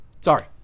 sorry